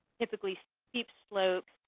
typically steep slopes,